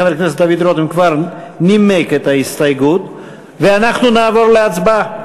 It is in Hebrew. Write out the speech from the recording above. חבר הכנסת דוד רותם כבר נימק את ההסתייגות ואנחנו נעבור להצבעה.